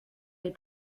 les